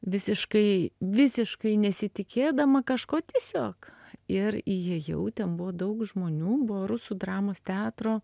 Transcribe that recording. visiškai visiškai nesitikėdama kažko tiesiog ir įėjau ten buvo daug žmonių buvo rusų dramos teatro